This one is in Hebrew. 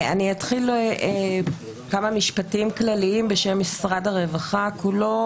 אני אתחיל בכמה משפטים כלליים בשם משרד שהרווחה כולו.